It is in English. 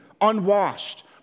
unwashed